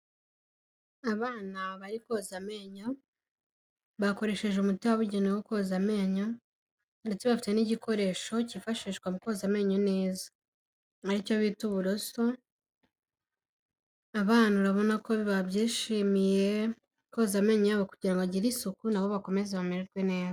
Abana bari koza amenyo bakoresheje umuti wabugenewe wo koza amenyo ndetse bafite n'igikoresho cyifashishwa mu koza amenyo neza ari cyo bita uburoso, abana urabona ko babyishimiye koza amenyo yabo kugira ngo bagire isuku na bo bakomeze bamererwe neza.